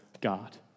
God